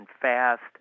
fast